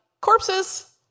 corpses